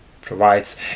Provides